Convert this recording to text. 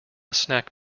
snack